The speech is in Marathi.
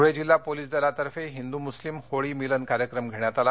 धुळे जिल्हा पोलीस दलातर्फे हिंदू मुस्लिम होळी मिलन कार्यक्रम घेण्यात आला